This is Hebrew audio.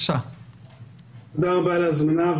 תודה עבור ההזמנה,